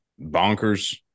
bonkers